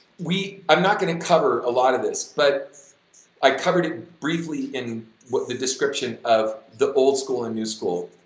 we, i'm not gonna cover a lot of this but i covered it briefly in what the description of the old school and new school.